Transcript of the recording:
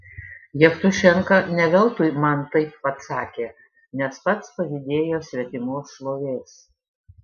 jevtušenka ne veltui man taip atsakė nes pats pavydėjo svetimos šlovės